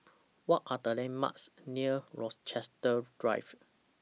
What Are The landmarks near Rochester Drive